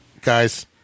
Guys